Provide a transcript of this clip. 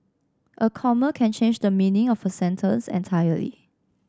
a comma can change the meaning of a sentence entirely